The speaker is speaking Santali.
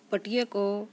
ᱯᱟᱹᱴᱤᱭᱟᱹ ᱠᱚ